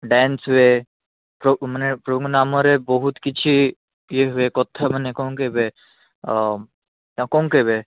dance ହୁଏ ପ୍ରଭୁମାନେ ପ୍ରଭୁ ନାମରେ ବହୁତ କିଛି ଇଏ ହୁଏ କଥା ମାନେ କ'ଣ କହିବେ ତାକୁ କ'ଣ କହିବେ